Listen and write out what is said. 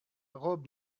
robe